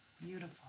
Beautiful